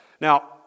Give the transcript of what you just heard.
Now